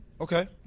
Okay